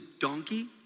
donkey